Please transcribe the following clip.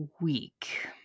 week